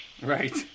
Right